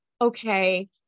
okay